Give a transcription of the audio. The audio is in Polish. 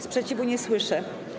Sprzeciwu nie słyszę.